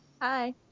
Hi